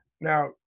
Now